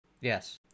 Yes